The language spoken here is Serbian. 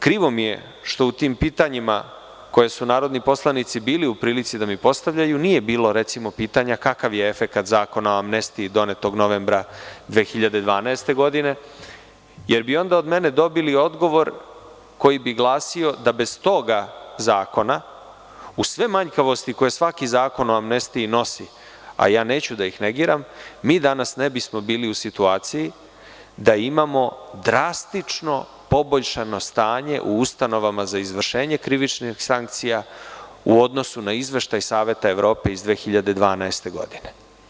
Krivo mi je što u tim pitanjima koje su narodni poslanici bili u prilici da mi postavljaju nije bilo, recimo, pitanja - kakav je efekat Zakona o amnestiji, donet novembra 2012. godine, jer bi onda od mene dobili odgovor koji bi glasio da bez tog zakona, uz sve manjkavosti koje svaki Zakon o amnestiji nosi, a neću da ih negiram, mi danas ne bismo bili u situaciji da imamo drastično poboljšano stanje u ustanovama za izvršenje krivičnih sankcija u odnosu na izveštaj Saveta Evrope iz 2012. godine.